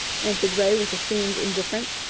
answered ray with assumed indifference.